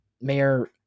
mayor